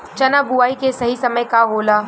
चना बुआई के सही समय का होला?